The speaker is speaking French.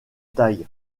taille